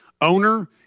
Owner